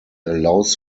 allows